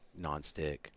nonstick